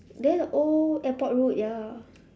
there the old airport road ya